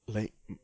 like mm